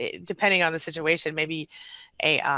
ah depending on the situation, maybe a.